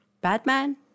Batman